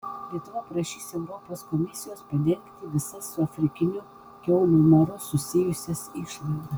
lietuva prašys europos komisijos padengti visas su afrikiniu kiaulių maru susijusias išlaidas